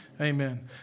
Amen